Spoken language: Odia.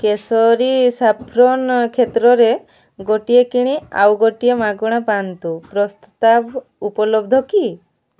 କେସରୀ ସାଫ୍ରନ୍ କ୍ଷେତ୍ରରେ ଗୋଟିଏ କିଣି ଆଉ ଗୋଟିଏ ମାଗଣା ପାଆନ୍ତୁ ପ୍ରସ୍ତାବ ଉପଲବ୍ଧ କି